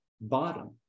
bottom